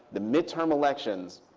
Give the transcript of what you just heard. the midterm elections,